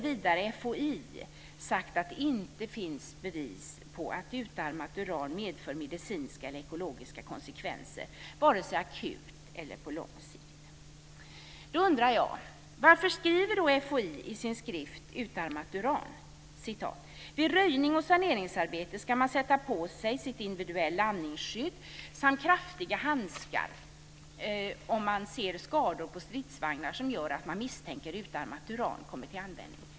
Vidare har FOI sagt att det inte finns bevis på att utarmat uran medför medicinska eller ekologiska konsekvenser, vare sig akut eller på lång sikt. Då undrar jag varför FOI skriver i sin skrift Utarmat uran: Vid röjnings och saneringsarbete ska man sätta på sig sitt individuella andningsskydd samt kraftiga handskar om man ser skador på stridsvagnar som gör att man misstänker att utarmat uran kommit till användning.